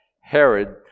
Herod